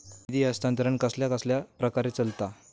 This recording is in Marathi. निधी हस्तांतरण कसल्या कसल्या प्रकारे चलता?